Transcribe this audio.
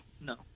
no